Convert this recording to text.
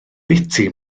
biti